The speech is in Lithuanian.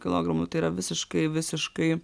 kilogramų tai yra visiškai visiškai